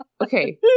Okay